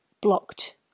blocked